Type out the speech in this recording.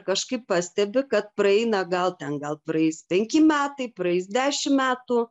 kažkaip pastebi kad praeina gal ten gal praeis penki metai praeis dešim metų